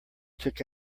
took